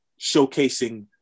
showcasing